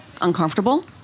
uncomfortable